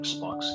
Xbox